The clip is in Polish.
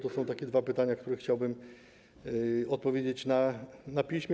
To są takie dwa pytania, na które chciałbym odpowiedzieć na piśmie.